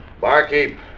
Barkeep